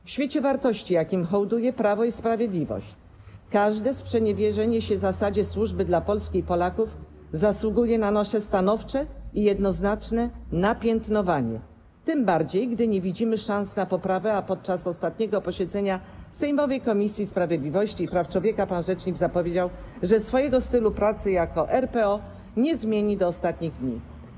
W świecie wartości, jakim hołduje Prawo i Sprawiedliwość, każde sprzeniewierzenie się zasadzie służby dla Polski i Polaków zasługuje na nasze stanowcze i jednoznaczne napiętnowanie, tym bardziej że nie widzimy szans na poprawę, a podczas ostatniego posiedzenia sejmowej Komisji Sprawiedliwości i Praw Człowieka pan rzecznik zapowiedział, że swojego stylu pracy jako RPO nie zmieni do ostatnich dni.